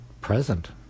present